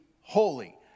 holy